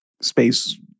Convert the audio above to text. space